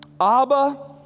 Abba